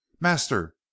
master